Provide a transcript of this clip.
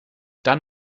dann